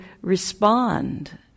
respond